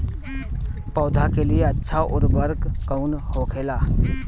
पौधा के लिए अच्छा उर्वरक कउन होखेला?